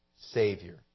Savior